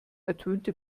ertönte